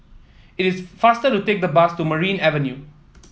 it is faster to take the bus to Maria Avenue